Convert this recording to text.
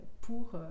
pour